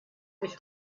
mich